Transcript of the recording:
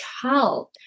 child